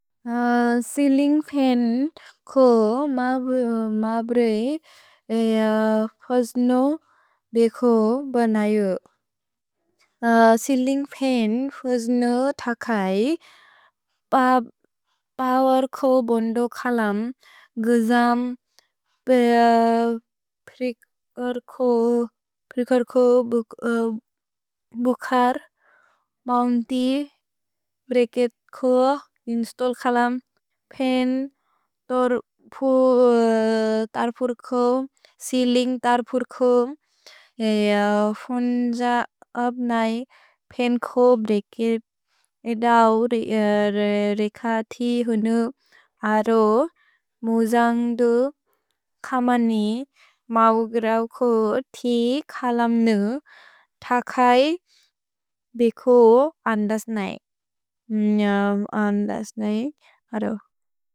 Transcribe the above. सेअलिन्ग् fan को म प्रए फोस्नो बे को बनयो। सेअलिन्ग् पन् फोस्नो थकै पवर् को बोन्दो खलम्, गुजम् प्रिकर् को बुखर्, मौन्ति ब्रेकेत् को इन्स्तल्ल् खलम्, पेन् तर्पुर् को, सेअलिन्ग् तर्पुर् को, फोन्स अब् नै पेन् को ब्रेकेत् एदौ रेक ति हुनु अरो, मुजन्ग् दु खमनि मौग्रौ को ति खलम् नु, थकै बे को अन्दस् नै। निअम् अन्दस् नै। अरो।